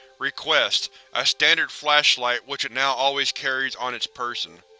request a standard flashlight, which it now always carries on its person.